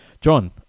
John